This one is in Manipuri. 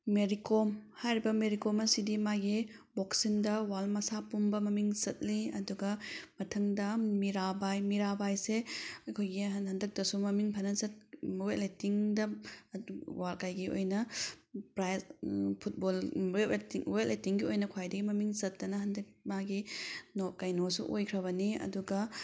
ꯃꯦꯔꯤ ꯀꯣꯝ ꯍꯥꯏꯔꯤꯕ ꯃꯦꯔꯤ ꯀꯣꯝ ꯑꯁꯤꯗꯤ ꯃꯥꯒꯤ ꯕꯣꯛꯁꯤꯡꯗ ꯋꯥꯔꯜ ꯃꯁꯥ ꯄꯨꯝꯕ ꯃꯃꯤꯡ ꯆꯠꯂꯤ ꯑꯗꯨꯒ ꯃꯊꯪꯗ ꯃꯤꯔꯥꯕꯥꯏ ꯃꯤꯔꯥꯕꯥꯏꯁꯦ ꯑꯩꯈꯣꯏꯒꯤ ꯍꯟꯗꯛꯇꯁꯨ ꯃꯃꯤꯡ ꯐꯖꯅ ꯆꯠ ꯋꯦꯠ ꯂꯤꯐꯇꯤꯡꯗ ꯀꯩꯒꯤ ꯑꯣꯏꯅ ꯄ꯭ꯔꯥꯏꯖ ꯐꯨꯠꯕꯣꯜ ꯋꯦꯠ ꯂꯤꯐꯇꯤꯡꯒꯤ ꯑꯣꯏꯅ ꯈ꯭ꯋꯥꯏꯗꯒꯤ ꯃꯃꯤꯡ ꯆꯠꯇꯅ ꯍꯟꯗꯛ ꯃꯥꯒꯤ ꯀꯩꯅꯣꯁꯨ ꯑꯣꯏꯈ꯭ꯔꯕꯅꯤ ꯑꯗꯨꯒ